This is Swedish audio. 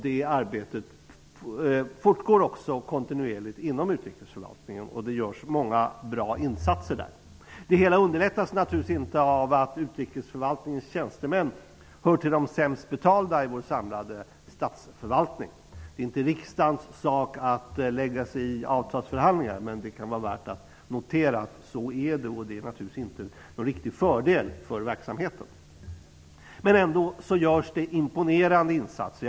Det arbetet fortgår kontinuerligt inom utrikesförvaltningen. Många bra insatser görs där. Det hela underlättas naturligtvis inte av att utrikesförvaltningens tjänstemän hör till de sämst betalda i vår samlade statsförvaltning. Det är inte riksdagens sak att lägga sig i avtalsförhandlingar. Men det kan vara värt att notera att så är det, och det är naturligtvis inte någon fördel för verksamheten. Men det görs ändå imponerande insatser.